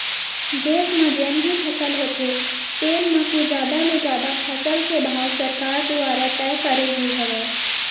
देस म जेन भी फसल होथे तेन म के जादा ले जादा फसल के भाव सरकार दुवारा तय करे गे हवय